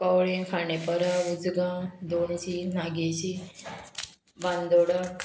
कवळें खाणेपरा उजगांव दोणशीं नागेशी बांदोडा